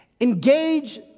engage